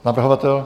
Navrhovatel?